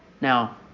Now